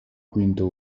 quinto